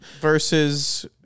Versus